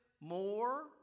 more